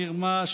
מרמה,